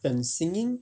and singing